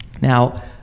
Now